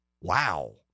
Wow